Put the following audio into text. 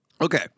Okay